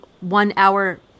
one-hour